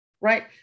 right